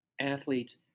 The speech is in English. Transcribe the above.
athletes